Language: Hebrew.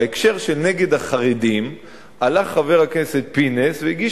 בהקשר של נגד החרדים הלך חבר הכנסת פינס והגיש